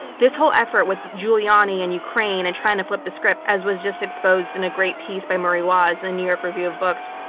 this whole effort with giuliani and ukraine and trying to flip the script as was just exposed in a great piece by murray waas in the new york review of books,